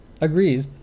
Agreed